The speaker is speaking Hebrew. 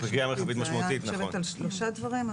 זה היה על שלושה דברים,